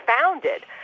founded